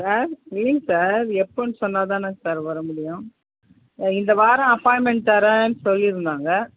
sir இல்லைங் sir எப்போன்னு சொன்னா தானே சார் வர முடியும் இந்த வாரம் அப்பாயின்மென்ட் தரன்னு சொல்லியிருந்தாங்க